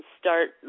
start